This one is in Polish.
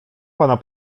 pana